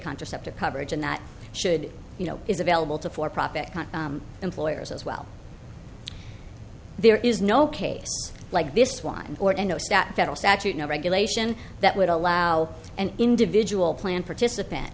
contraceptive coverage and that should you know is available to for profit employers as well there is no case like this one or n o c that federal statute no regulation that would allow an individual plan participant